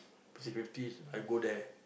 fifty I go there